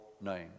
name